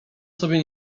sobie